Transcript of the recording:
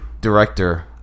director